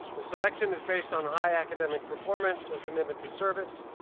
the selection is based on high academic performance, a commitment to service,